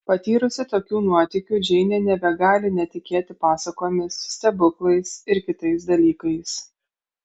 patyrusi tokių nuotykių džeinė nebegali netikėti pasakomis stebuklais ir kitais dalykais